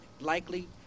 likely